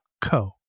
co